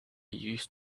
used